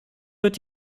wird